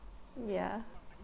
ya